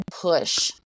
push